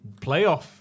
playoff